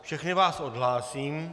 Všechny vás odhlásím.